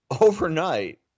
overnight